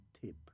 tip